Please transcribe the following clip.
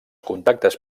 contactes